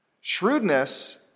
Shrewdness